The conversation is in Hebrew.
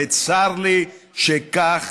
וצר לי שזאת